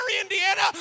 Indiana